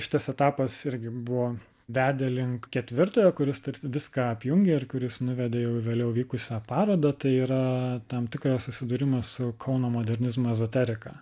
šitas etapas irgi buvo vedė link ketvirtojo kuris tarsi viską apjungė ir kuris nuvedė į jau vėliau vykusią parodą tai yra tam tikras susidūrimas su kauno modernizmo ezoterika